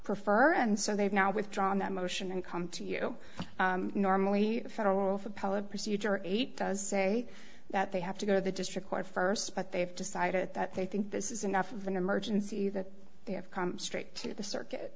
prefer and so they've now withdrawn that motion and come to you normally federal appellate procedure eight does say that they have to go to the district court first but they have decided that they think this is enough of an emergency that they have come straight to the circuit